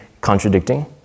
contradicting